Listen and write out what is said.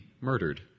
murdered